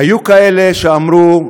היו כאלה שאמרו: